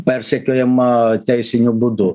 persekiojama teisiniu būdu